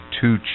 two